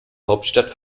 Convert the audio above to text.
hauptstadt